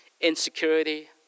insecurity